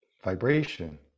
vibration